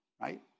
right